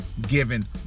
given